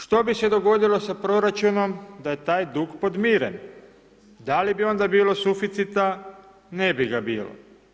Što bi se dogodilo sa proračunom da je taj dug podmiren, da li bi onda bilo suficita, ne bi ga bilo.